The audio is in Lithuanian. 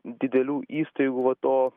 didelių įstaigų va to